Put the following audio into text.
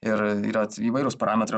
ir yra įvairūs parametrai